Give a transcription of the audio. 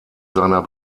seiner